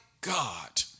God